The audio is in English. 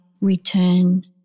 return